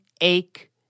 ache